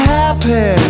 happy